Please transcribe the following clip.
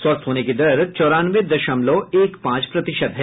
स्वस्थ होने की दर चौरानवे दशमलव एक पांच प्रतिशत है